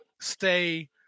stay